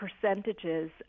percentages